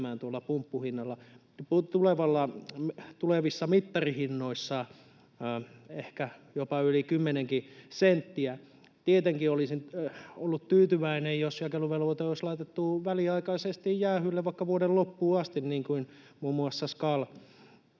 näkymään tulevissa mittarihinnoissa ehkä jopa yli kymmenenkin senttiä. Tietenkin olisin ollut tyytyväinen, jos jakeluvelvoite olisi laitettu väliaikaisesti jäähylle vaikka vuoden loppuun asti, niin kuin muun muassa SKAL